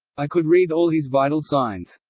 i could read all his vital signs.